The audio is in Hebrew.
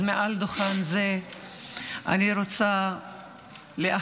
אז מעל דוכן זה אני רוצה לאחל